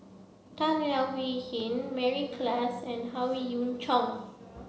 Tan Leo Wee Hin Mary Klass and Howe Yoon Chong